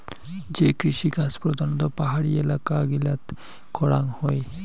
যে কৃষিকাজ প্রধানত পাহাড়ি এলাকা গিলাত করাঙ হই